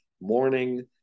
morning